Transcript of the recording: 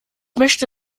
möchte